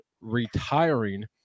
retiring